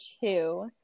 two